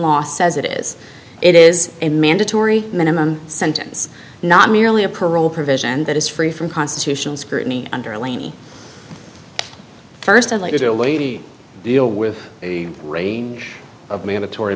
law says it is it is a mandatory minimum sentence not merely a parole provision that is free from constitutional scrutiny under lamey first of all usually deal with a range of mandatory